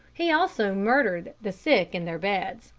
he also murdered the sick in their beds.